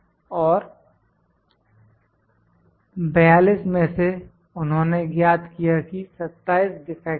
और 42 में से उन्होंने ज्ञात किया कि 27 डिफेक्ट्स हैं